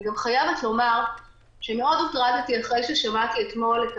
אני גם חייבת לומר שמאוד הוטרדתי אחרי ששמעתי אתמול את